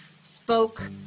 spoke